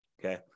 Okay